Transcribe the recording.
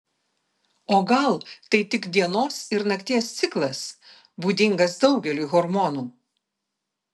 o gal tai tik dienos ir nakties ciklas būdingas daugeliui hormonų